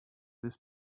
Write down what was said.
this